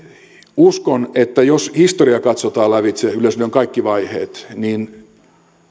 uskon että jos historia katsotaan lävitse yleisradion kaikki vaiheet niin